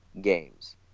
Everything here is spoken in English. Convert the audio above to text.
games